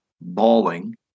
bawling